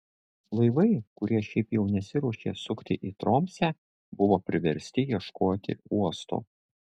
laivai kurie šiaip jau nesiruošė sukti į tromsę buvo priversti ieškoti uosto